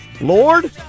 Lord